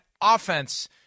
offense